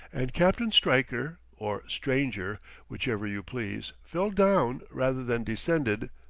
and captain stryker or stranger whichever you please fell down, rather than descended,